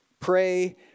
Pray